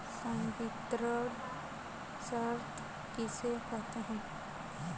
संवितरण शर्त किसे कहते हैं?